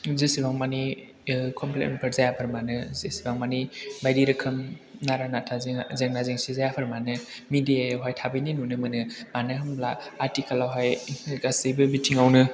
जिसिबां मानि कमप्लेन फोर जायाखै मानो जिसिबां मानि बायदि रोखोम नारा नाथा जेंना जेंसि जायाखै मानो मिडिया यावहाय थाबैनो नुनो मोनो मानो होमब्ला आथिखालावहाय गासैबो बिथिङावनो